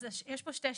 אז יש פה שתי שאלות: